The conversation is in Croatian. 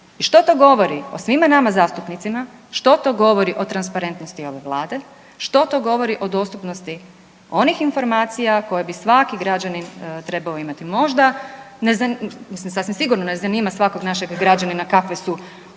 I što to govori o svima nama zastupnicima, što to govori o transparentnosti ove vlade, što to govori o dostupnosti onih informacija koje bi svaki građanin trebao imati. Možda, mislim sasvim sigurno ne zanima svakog našeg građanina kakve su